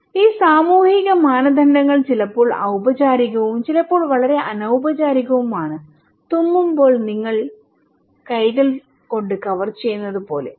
ഈ സാമൂഹിക മാനദണ്ഡങ്ങൾ ചിലപ്പോൾ ഔപചാരികവും ചിലപ്പോൾ വളരെ അനൌപചാരികവുമാണ് തുമ്മുമ്പോൾ നിങ്ങൾ കൈകൾ കൊണ്ട് കവർ ചെയ്യുന്നത് പോലെ